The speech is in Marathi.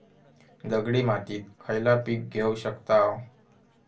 दगडी मातीत खयला पीक घेव शकताव?